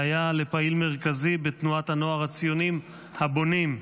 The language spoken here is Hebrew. והיה פעיל מרכזי בתנועת הנוער הציונים הבונים.